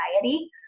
anxiety